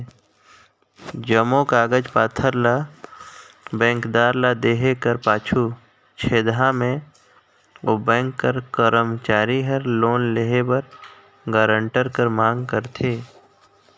जम्मो कागज पाथर ल बेंकदार ल देहे कर पाछू छेदहा में ओ बेंक कर करमचारी हर लोन लेहे बर गारंटर कर मांग करथे